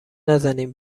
نزنین